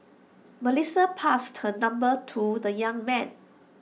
Melissa passed her number to the young man